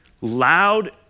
loud